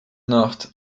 nacht